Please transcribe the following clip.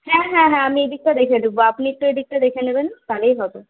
হ্যাঁ হ্যাঁ হ্যাঁ আমি এদিকটা দেখে দেবো আপনি একটু এদিকটা দেখে নেবেন তাহলেই হবে